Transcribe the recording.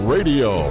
Radio